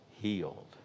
healed